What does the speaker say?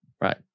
Right